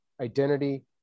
identity